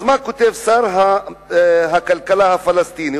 אז מה כותב שר הכלכלה הפלסטיני?